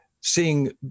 seeing